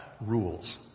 rules